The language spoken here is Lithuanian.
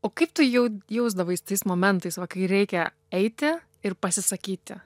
o kaip tu jau jausdavaisi tais momentais va kai reikia eiti ir pasisakyti